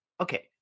okay